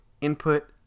input